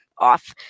off